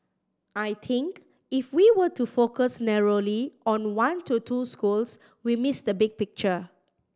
I think if we were to focus narrowly on one to two schools we miss the big picture